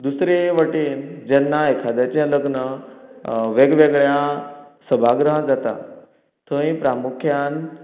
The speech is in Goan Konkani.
दुसरे वटेन जेन्ना एखाद्याचें लग्न वेगवेगळ्या सभागृहांत जाता थंय प्रामुख्यान